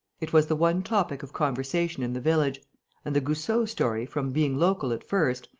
it was the one topic of conversation in the village and the goussot story, from being local at first,